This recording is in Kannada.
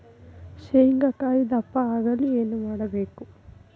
ಶೇಂಗಾಕಾಯಿ ದಪ್ಪ ಆಗಲು ಏನು ಮಾಡಬೇಕು?